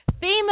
Female